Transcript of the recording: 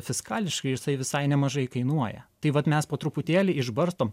fiskališkai jisai visai nemažai kainuoja tai vat mes po truputėlį išbarstom